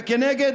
וכנגד,